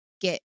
get